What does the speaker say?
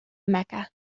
mecca